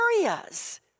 areas